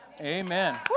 Amen